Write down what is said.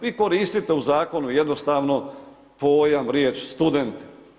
Vi koristite u zakonu jednostavno pojam riječ student.